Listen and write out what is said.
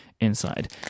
inside